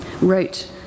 wrote